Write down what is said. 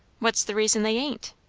what's the reason they ain't?